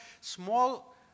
small